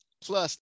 Plus